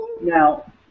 now